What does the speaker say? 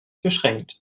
beschränkt